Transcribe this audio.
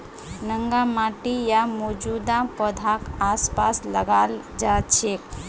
नंगा माटी या मौजूदा पौधाक आसपास लगाल जा छेक